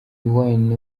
wayne